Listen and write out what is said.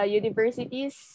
universities